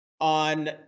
on